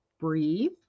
breathe